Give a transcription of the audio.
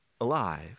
alive